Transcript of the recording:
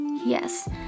Yes